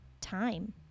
time